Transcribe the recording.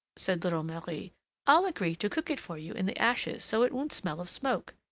said little marie i'll agree to cook it for you in the ashes so it won't smell of smoke.